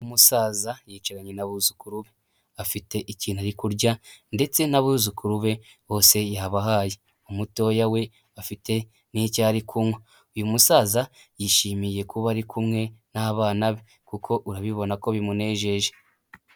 Umusaza yicaranye n'abuzukuru be, afite ikintu ari kurya ndetse n'abuzukuru be bose yabahaye. Umutoya we afite n'icyo ari kumwe uyu musaza yishimiye kuba ari kumwe n'abana be kuko urabibona ko bimunejeje.